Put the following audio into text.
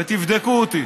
ותבדקו אותי